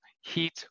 heat